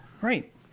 Right